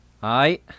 Hi